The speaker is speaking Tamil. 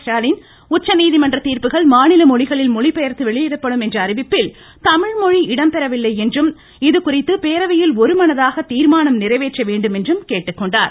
ஸ்டாலின் உச்சநீதிமன்ற தீர்ப்புகள் மாநில மொழிகளில் மொழிபெயர்த்து வெளியிடப்படும் என்ற அறிவிப்பில் தமிழ்மொழி இடம்பெறவில்லை என்றும் இதுகுறித்து பேரவையில் ஒருமனதாக தீர்மானம் நிறைவேற்ற வேண்டும் என்றும் கேட்டுக்கொண்டார்